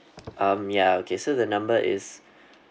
um yeah okay so the number is